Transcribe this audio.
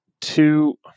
two